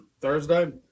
Thursday